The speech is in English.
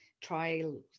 trial